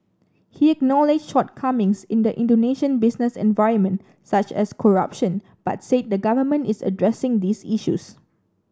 he acknowledged shortcomings in the Indonesian business environment such as corruption but said the government is addressing these issues